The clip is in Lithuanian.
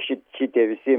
ši šitie visi